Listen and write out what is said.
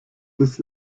bis